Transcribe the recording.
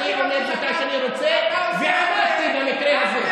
אני עומד מתי שאני רוצה, ועמדתי במקרה הזה.